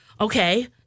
Okay